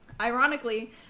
Ironically